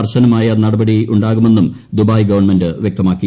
കർശനമായ നടപടി ഉണ്ടാകുമെന്നും ദുബായ് ഗവൺമെന്റ് വ്യക്തമാക്കി